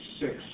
six